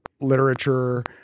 literature